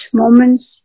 moments